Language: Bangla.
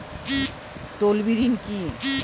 তলবি ঋন কি?